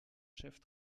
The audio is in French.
chefs